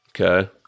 Okay